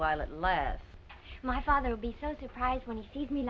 while it lasts my father will be so surprised when he sees me